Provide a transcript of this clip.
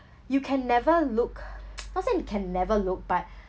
you can never look not say can never look but